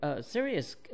serious